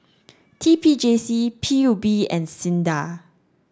T P J C P U B and SINDA